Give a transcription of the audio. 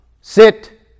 sit